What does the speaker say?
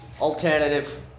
alternative